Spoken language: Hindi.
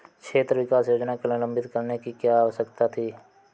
क्षेत्र विकास योजना को निलंबित करने की क्या आवश्यकता थी?